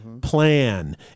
plan